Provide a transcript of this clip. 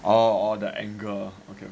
orh orh the angle okay okay